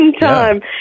time